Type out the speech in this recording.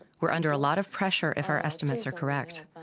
we're under a lot of pressure if our estimates are correct.